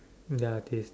ya I have seen